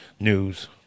News